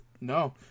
no